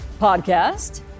podcast